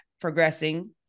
progressing